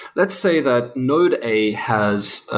let's say that node a has